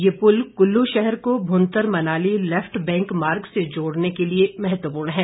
ये पुल कुल्लू शहर को भुंतर मनाली लैफ्ट बैंक मार्ग से जोड़ने के लिए महत्वपूर्ण है